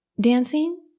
dancing